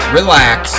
relax